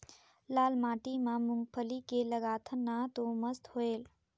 लाल माटी म मुंगफली के लगाथन न तो मस्त होयल?